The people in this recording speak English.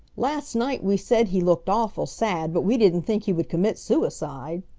last night we said he looked awful sad, but we didn't think he would commit suicide.